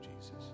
Jesus